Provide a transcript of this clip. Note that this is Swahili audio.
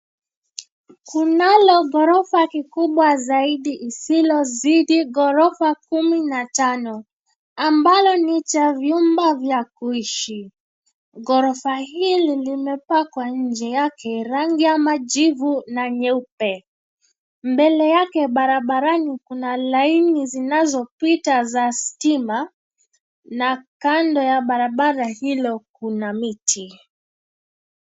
Kunalo ghorofa kikubwa zaidi isilozidi ghorofa kumi na tano, ambalo ni cha vyumba vya kuishi, ghorofa hili limepakwa nje yake rangi ya majivu na nyeupe, mbele yake barabarani kuna laini zinazopita za stima, na kando ya barabara hilo kuna miti.